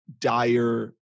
dire